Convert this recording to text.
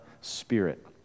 Spirit